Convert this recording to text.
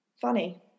Funny